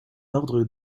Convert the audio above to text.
ordre